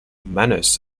manners